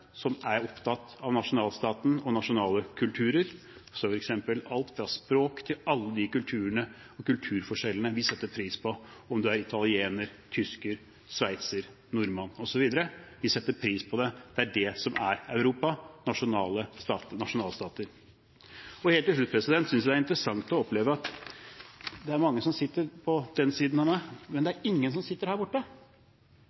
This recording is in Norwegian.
som er opptatt av nasjonalstaten og nasjonale kulturer, som f.eks. alt fra språk til alle de kulturene og kulturforskjellene vi setter pris på, om man er italiener, tysker, sveitser, nordmann, osv. Vi setter pris på det. Det er det som er Europa – nasjonalstater. Helt til slutt: Jeg synes det er interessant å oppleve at det er mange som sitter på den siden av meg, men det